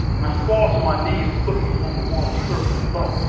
and i fall to my knees to look upon the water's surface, but